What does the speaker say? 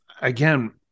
again